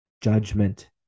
judgment